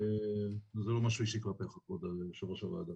וזה לא משהוא אישי כלפייך, יושב ראש הועדה.